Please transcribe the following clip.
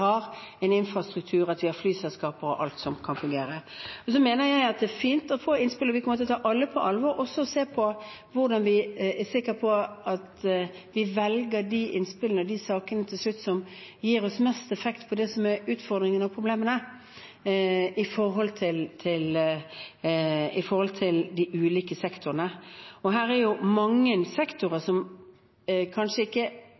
har flyselskaper og alt som kan fungere. Så mener jeg at det er fint å få innspill. Vi kommer til å ta alle på alvor og også se på hvordan vi er sikre på at vi velger de innspillene og de sakene til slutt som gir mest effekt på det som er utfordringene og problemene i de ulike sektorene. Her er det mange sektorer som kanskje ikke på dag én eller i den første uken kommer til